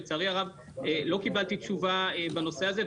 ולצערי הרב לא קיבלתי תשובה בנושא הזה,